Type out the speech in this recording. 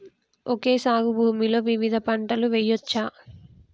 Okay సాగు భూమిలో వివిధ పంటలు వెయ్యచ్చా?